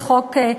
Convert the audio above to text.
את חוק הריכוזיות.